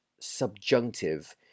subjunctive